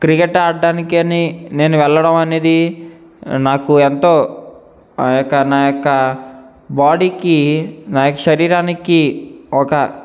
cricket ఆడటానికి అని నేను వెళ్ళడం అనేది నాకు ఎంతో ఆ యొక్క నా యొక్క బాడీకి నా యొక్క శరీరానికి ఒక